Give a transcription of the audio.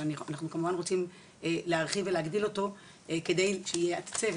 אבל אנחנו כמובן רוצים להרחיב ולהגדיל אותו כדי שיהיה הצוות,